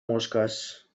mosques